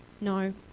No